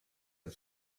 the